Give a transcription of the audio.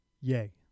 Yay